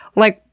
like,